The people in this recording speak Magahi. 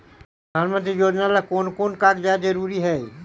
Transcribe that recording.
प्रधानमंत्री योजना ला कोन कोन कागजात जरूरी है?